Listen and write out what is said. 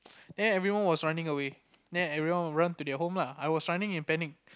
then everyone was running away then everyone run to their home lah I was running in panic